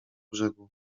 brzegu